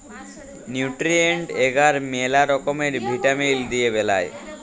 nutrient এগার ম্যালা রকমের ভিটামিল দিয়ে বেলায়